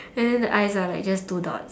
and then the eyes are like just two dots